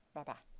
bye-bye.